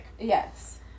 Yes